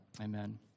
Amen